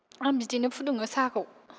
आं बिदिनो फुदुङो साहाखौ